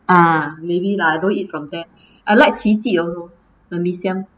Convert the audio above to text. ah maybe lah don't eat from there I like qi ji also the mee siam